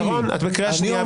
שרון, את בקריאה שנייה.